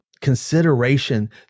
consideration